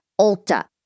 Ulta